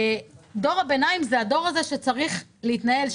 דור הביניים הוא הדור הזה שצריך להתנהל,